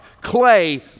clay